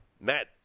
Matt